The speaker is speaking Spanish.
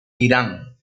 irán